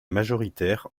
majoritaire